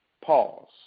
pause